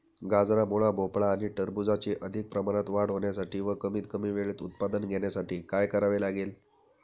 गाजर, मुळा, भोपळा आणि टरबूजाची अधिक प्रमाणात वाढ होण्यासाठी व कमीत कमी वेळेत उत्पादन घेण्यासाठी काय करावे लागेल?